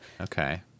Okay